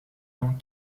lents